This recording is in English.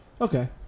Okay